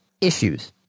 issues